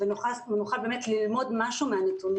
וללמוד מהם משהו.